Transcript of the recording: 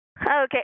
Okay